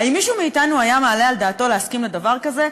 האם מישהו מאתנו היה מעלה על דעתו להסכים לדבר כזה?